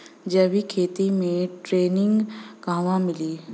जैविक खेती के ट्रेनिग कहवा मिली?